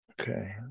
Okay